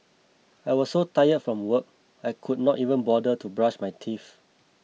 I was so tired from work I could not even bother to brush my teeth